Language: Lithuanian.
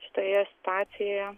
šitoje situacijoje